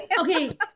Okay